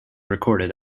recorded